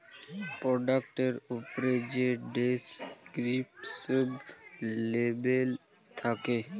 পরডাক্টের উপ্রে যে ডেসকিরিপ্টিভ লেবেল থ্যাকে